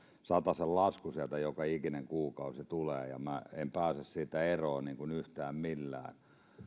satasen lasku sieltä joka ikinen kuukausi tulee ja ja en pääse siitä eroon yhtään millään